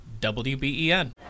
WBEN